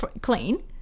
clean